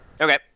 Okay